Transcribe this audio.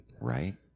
Right